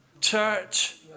church